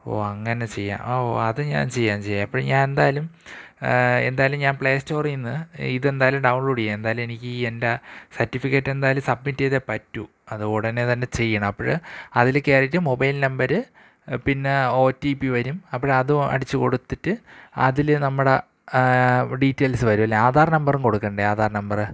ഓ അങ്ങനെ ചെയ്യാം ഓ അത് ഞാൻ ചെയ്യാം ചെയ്യാം അപ്പോള് ഞാന് എന്തായാലും എന്തായാലും ഞാന് പ്ലേ സ്റ്റോറിന്ന് ഇതെന്തായാലും ഡൗൺലോഡെയ്യാ എന്തായാലും എനിക്ക് ഈ എൻ്റെ സർട്ടിഫിക്കറ്റ് എന്തായാലും സബ്മിറ്റീതേ പറ്റു അതുടനെ തന്നെ ചെയ്യണം അപ്പോള് അതില് കയറിയിട്ട് മൊബൈൽ നമ്പര് പിന്നേ ഒ ടി പി വരും അപ്പോള് അത് അടിച്ചു കൊടുത്തിട്ട് അതില് നമ്മുടെ ഡീറ്റെയിൽസ് വരും അല്ലേ ആധാർ നമ്പറും കൊടുക്കണ്ടേ ആധാർ നമ്പര്